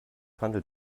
handelt